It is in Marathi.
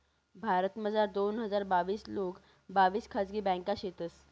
भारतमझार दोन हजार बाविस लोंग बाविस खाजगी ब्यांका शेतंस